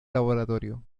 laboratorio